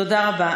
תודה רבה.